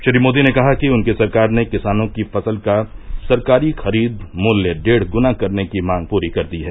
श्री मोदी ने कहा कि उनकी सरकार ने किसानों की फसल का सरकारी खरीद मूल्य डेढ़ गुना करने की मांग पूरी कर दी है